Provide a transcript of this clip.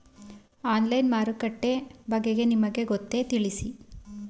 Online ಮಾರುಕಟ್ಟೆ ಬಗೆಗೆ ನಿಮಗೆ ಗೊತ್ತೇ? ತಿಳಿಸಿ?